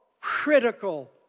critical